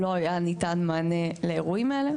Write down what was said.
לא היה ניתן מענה לאירועים האלה?